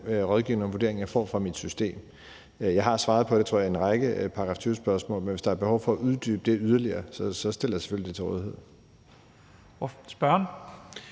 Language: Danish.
rådgivning og vurdering, jeg får fra mit system. Jeg har svaret på det i en række § 20-spørgsmål, tror jeg, men hvis der er behov for at uddybe det yderligere, stiller jeg mig selvfølgelig til rådighed.